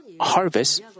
harvest